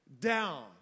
down